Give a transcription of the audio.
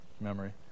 memory